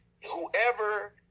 whoever